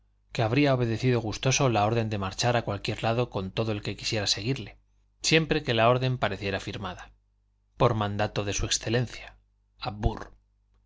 que habría obedecido gustoso la orden de marchar a cualquier lado con todo el que quisiera seguirle siempre que la orden apareciera firmada por mandato de su excelencia